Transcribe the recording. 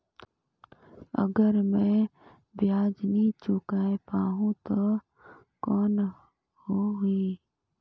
अगर मै ब्याज नी चुकाय पाहुं ता कौन हो ही?